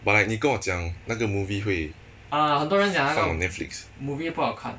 but like 你跟我讲那个 movie 会放 on netflix